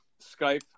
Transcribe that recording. Skype